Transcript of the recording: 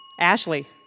Ashley